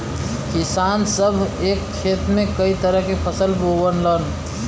किसान सभ एक खेत में कई तरह के फसल बोवलन